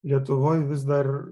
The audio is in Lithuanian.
lietuvoj vis dar